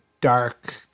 dark